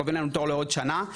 קובעים לנו תור לעוד שנה.